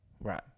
Right